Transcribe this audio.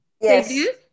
Yes